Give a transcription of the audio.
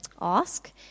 ask